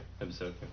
episode